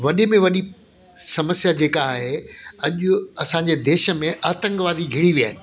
वॾे में वॾी समस्या जेका आहे अॼु असांजे देश में आतंकवादी घिरी विया आहिनि